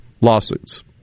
lawsuits